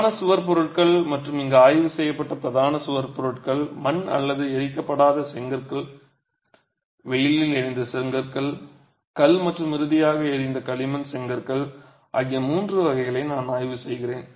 பிரதான சுவர் பொருட்கள் மற்றும் இங்கு ஆய்வு செய்யப்பட்ட பிரதான சுவர் பொருட்கள் மண் அல்லது எரிக்கப்படாத செங்கற்கள் வெயிலில் எரிந்த செங்கற்கள் கல் மற்றும் இறுதியாக எரிந்த களிமண் செங்கற்கள் ஆகிய மூன்று வகைகளை நான் ஆய்வு செய்கிறேன்